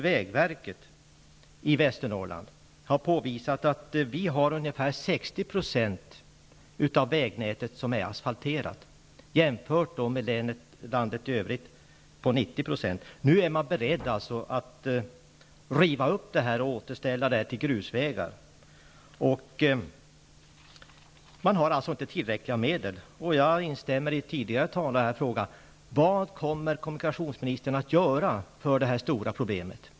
Vägverket i Västernorrland har påvisat att vi har ungefär 60 % av vägnätet asfalterat, att jämföras med landet i övrigt, som har 90 %. Nu är man beredd att riva upp det och återställa det till grusvägar. Man har alltså inte tillräckligt med medel. Jag instämmer i tidigare talares fråga: Vad kommer kommunikationsministern att göra åt det stora problemet?